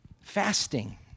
Fasting